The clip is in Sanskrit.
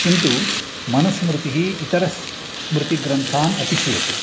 किन्तु मनुस्मृतिः इतरस्मृतिग्रन्थान् अतिशयति